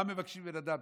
מה מבקשים מבן אדם?